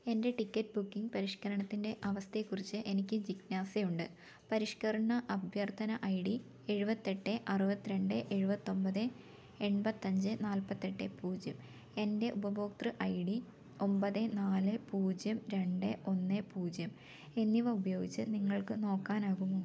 എന്റെ ticket booking പരിഷ്ക്കരണത്തിന്റെ അവസ്ഥയെക്കുറിച്ച് എനിക്ക് ജിജ്ഞാസയുണ്ട് പരിഷ്ക്കരണ അഭ്യർത്ഥന ഐ ഡി എഴുപത്തിയെട്ട് അറുപത്തിരണ്ട് എഴുപത്തി ഒന്പത് എൺപത്തിയഞ്ച് നാല്പത്തിയെട്ട് പൂജ്യം എന്റെ ഉപഭോക്തൃ ഐ ഡി ഒമ്പത് നാല് പൂജ്യം രണ്ട് ഒന്ന് പൂജ്യം എന്നിവ ഉപയോഗിച്ച് നിങ്ങൾക്കു നോക്കാനാകുമോ